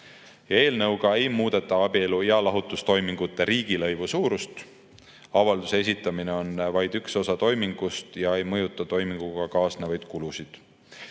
Eelnõuga ei muudeta abielu‑ ja lahutustoimingute riigilõivu suurust. Avalduse esitamine on vaid üks osa toimingust ja ei mõjuta toiminguga kaasnevaid kulusid.